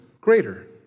greater